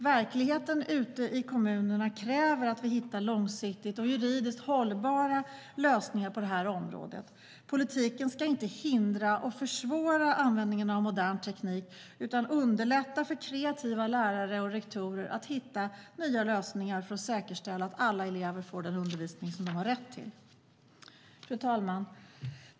Verkligheten ute i kommunerna kräver att vi hittar långsiktiga och juridiskt hållbara lösningar på det här området. Politiken ska inte hindra och försvåra användningen av modern teknik utan underlätta för kreativa lärare och rektorer att hitta nya lösningar för att säkerställa att alla elever får den undervisning de har rätt till. Fru talman!